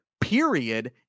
period